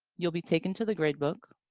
you'll be taken to the grade book.